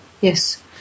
yes